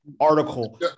article